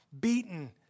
beaten